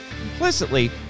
Implicitly